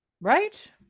right